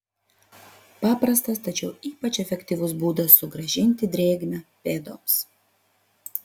paprastas tačiau ypač efektyvus būdas sugrąžinti drėgmę pėdoms